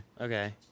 Okay